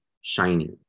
shiny